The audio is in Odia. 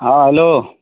ହଁ ହ୍ୟାଲୋ